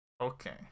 Okay